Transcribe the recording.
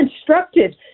instructed